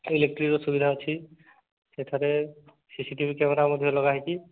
ଇଲେକ୍ଟ୍ରିର ସୁବିଧା ଅଛି ଏଠାରେ C C T V camera ମଧ୍ୟ ଲଗାହୋଇଛି